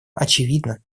очевидна